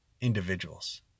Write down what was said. individuals